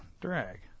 drag